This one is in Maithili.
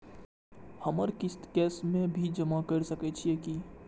हमर किस्त कैश में भी जमा कैर सकै छीयै की?